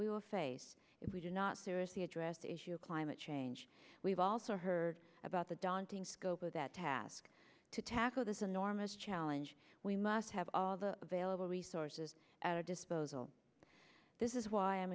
will face if we do not seriously address the issue of climate change we've also heard about the daunting scope of that task to tackle this enormous challenge we must have all the available resources at our disposal this is why i